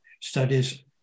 studies